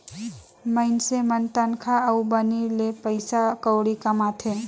मइनसे मन तनखा अउ बनी ले पइसा कउड़ी कमाथें